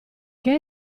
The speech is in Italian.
che